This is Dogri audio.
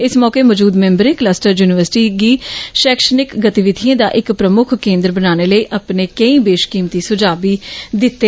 इस मौके मौजूद मैम्बरें कलस्टर युनिवर्सिटी गी शैक्षिक गतिविधिएं दा इक प्रमुक्ख केन्द्र बनाने लेई अपने केई बेशकीमती सुझाऽ बी दित्ते